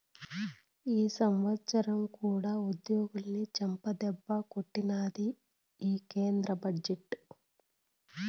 ఈ సంవత్సరం కూడా ఉద్యోగులని చెంపదెబ్బే కొట్టినాది ఈ కేంద్ర బడ్జెట్టు